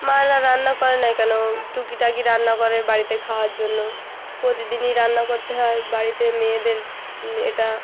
মা রা রান্না করে না কেন টুকিটাকি রান্না করে বাড়িতে খাওয়ার জন্য প্রতিদিনই রান্না করতে হয় বাড়িতে মেয়েদের এটা